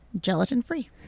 gelatin-free